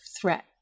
threat